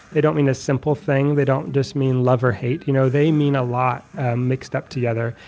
they don't mean a simple thing. they don't just mean love or hate. you know, they mean a lot mixed up together.